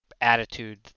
attitude